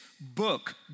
book